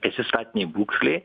esi statinėj būklėj